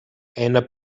einer